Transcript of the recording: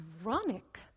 ironic